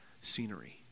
scenery